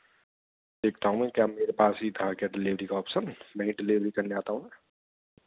देखता हूँ मैं क्या मेरे पास ही था क्या डेलिवरी का ऑप्शन मैं ही डेलिवरी आता हूँ